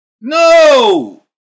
No